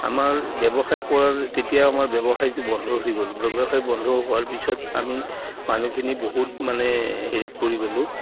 আমাৰ ব্যৱসায় কৰাৰ তেতিয়া আমাৰ ব্যৱসায়টো বন্ধ হৈ গ'ল ব্যৱসায় বন্ধ হোৱাৰ পিছত আমি মানুহখিনি বহুত মানে হেৰিত পৰি গ'লোঁ